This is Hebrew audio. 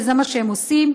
וזה מה שהם עושים.